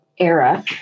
era